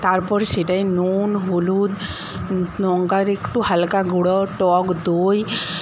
তারপরে সেটায় নুন হলুদ লঙ্কার একটু হালকা গুঁড়ো টক দই